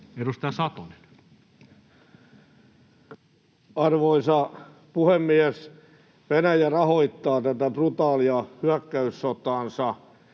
14:27 Content: Arvoisa puhemies! Venäjä rahoittaa tätä brutaalia hyökkäyssotaansa